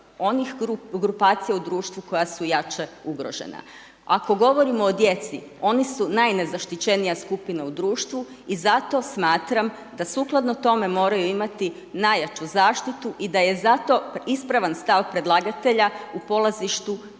onih grupacija u društvu koja su jače ugrožena. Ako govorimo o djeci, oni su najnezaštićenija skupina u društvu i zato smatram da sukladno tome moraju imati najjaču zaštitu i da je zato ispravan stav predlagatelja u polazištu i